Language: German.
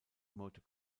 motor